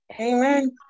Amen